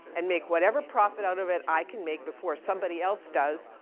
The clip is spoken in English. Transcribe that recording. and make whatever profit out of it i can make before somebody else does,